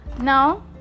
Now